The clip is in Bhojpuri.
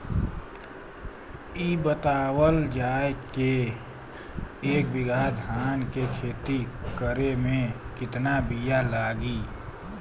इ बतावल जाए के एक बिघा धान के खेती करेमे कितना बिया लागि?